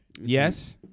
yes